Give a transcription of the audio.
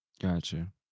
Gotcha